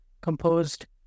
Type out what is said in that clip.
composed